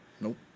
Nope